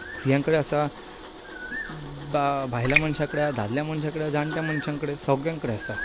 भुरग्यां कडेन आसा बायलां मनश्या कडेन आसा दादल्या मनश्या कडेन जाणट्या मनश्यां कडेन सगळ्यां कडेन आसा